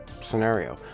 scenario